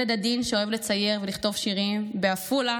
ילד עדין שאוהב לצייר ולכתוב שירים בעפולה